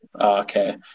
Okay